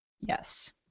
Yes